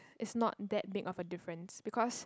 is not that big of a difference because